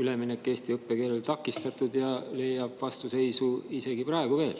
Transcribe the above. üleminek eesti õppekeelele takistatud ja leiab vastuseisu isegi veel praegugi.